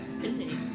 Continue